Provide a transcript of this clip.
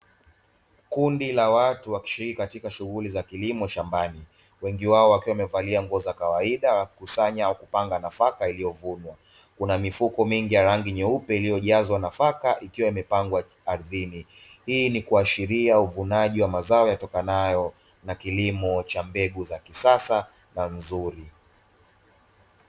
Kundi la watu wakishiriki katika shughuli za kilimo shambani, wengi wao wakiwa wamevalia nguo za kawaida na kukusanya au kupanga nafaka iliyovunwa. Kuna mifuko mingi ya rangi nyeupe iliyojazwa nafaka, ikiwa imepangwa ardhini. Hii ni kuashiria uvunaji wa mazao yatokanayo na kilimo cha mbegu za kisasa na nzuri.